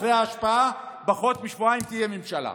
אחרי ההשבעה, פחות משבועיים תהיה ממשלה.